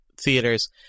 theaters